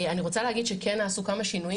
אני רוצה להגיד שכן נעשו כמה שינויים